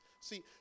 See